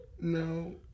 No